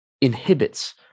inhibits